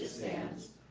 stands,